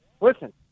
listen